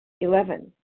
Eleven